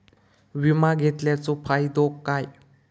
विमा घेतल्याचो फाईदो काय?